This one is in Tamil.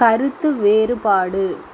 கருத்து வேறுபாடு